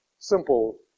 simple